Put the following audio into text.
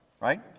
right